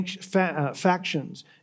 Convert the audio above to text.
factions